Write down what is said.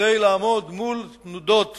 כדי לעמוד מול תנודות